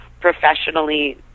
Professionally